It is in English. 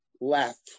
laugh